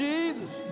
Jesus